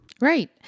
Right